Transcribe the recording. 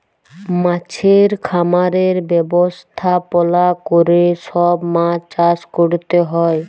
মাছের খামারের ব্যবস্থাপলা ক্যরে সব মাছ চাষ ক্যরতে হ্যয়